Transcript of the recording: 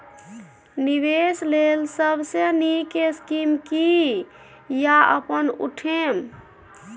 निवेश लेल सबसे नींक स्कीम की या अपन उठैम?